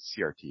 CRT